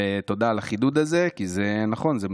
ותודה על החידוד הזה, כי זה נכון, זה מדויק.